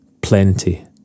plenty